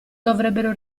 dovrebbero